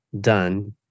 done